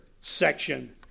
section